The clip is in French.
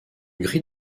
gris